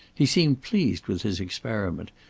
he seemed pleased with his experiment,